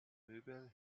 möbel